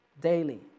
daily